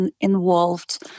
involved